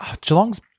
Geelong's